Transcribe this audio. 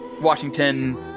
Washington